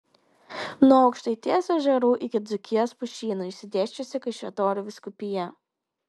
nuo aukštaitijos ežerų iki dzūkijos pušynų išsidėsčiusi kaišiadorių vyskupija